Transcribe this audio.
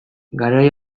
garai